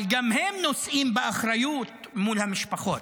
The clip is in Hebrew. אבל גם הם נושאים באחריות מול המשפחות.